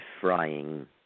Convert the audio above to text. frying